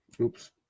oops